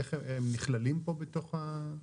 איך הם נכללים פה בתוך החוק.